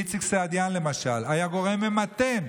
איציק סעידיאן, למשל, היה גורם ממתן.